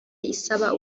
isaba